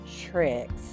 tricks